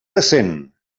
decent